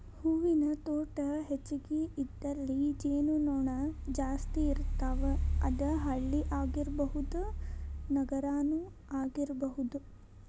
ಹೂವಿನ ತೋಟಾ ಹೆಚಗಿ ಇದ್ದಲ್ಲಿ ಜೇನು ನೊಣಾ ಜಾಸ್ತಿ ಇರ್ತಾವ, ಅದ ಹಳ್ಳಿ ಆಗಿರಬಹುದ ನಗರಾನು ಆಗಿರಬಹುದು